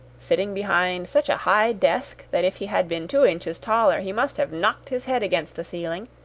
sitting behind such a high desk, that if he had been two inches taller he must have knocked his head against the ceiling,